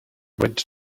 went